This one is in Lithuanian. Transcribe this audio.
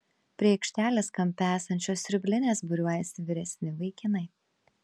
prie aikštelės kampe esančios siurblinės būriuojasi vyresni vaikinai